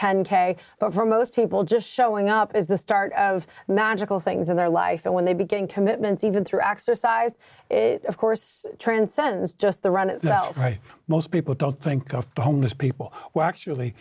ten k but for most people just showing up is the start of magical things in their life that when they begin commitments even through exercise of course transcends just the run itself right most people don't think of homeless people well actually